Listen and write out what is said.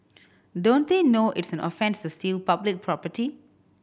don't they know it's an offence to steal public property